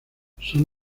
son